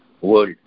world